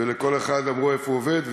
ולכל אחד אמרו איפה הוא עובד,